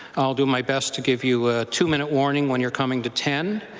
i'll do my best to give you a two minute warning when you're coming to ten,